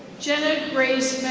jenna grace